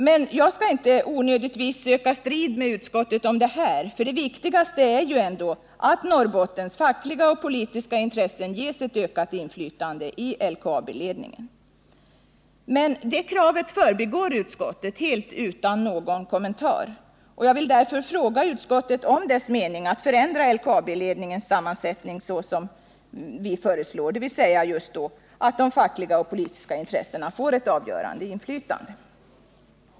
Men jag skall inte onödigtvis söka strid med utskottet om detta— det viktigaste är ändå att Norrbottens fackliga och politiska intressen ges ett ökat inflytande i LKAB-ledningen. Men det kravet förbigår utskottet utan kommentar. Jag vill därför fråga utskottet vilken dess mening är om vårt förslag att förändra LKAB ledningens sammansättning på så sätt att de fackliga och politiska intressena får ett avgörande inflytande över LKAB-ledningen.